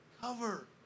Cover